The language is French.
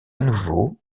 nouveau